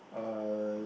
uh